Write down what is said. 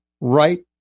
right